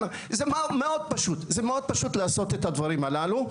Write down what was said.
זה מאוד פשוט לעשות את הדברים הללו.